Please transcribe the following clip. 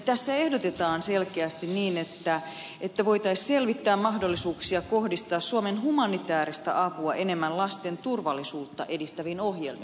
tässä ehdotetaan selkeästi niin että voitaisiin selvittää mahdollisuuksia kohdistaa suomen humanitääristä apua enemmän lasten turvallisuutta edistäviin ohjelmiin